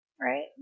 right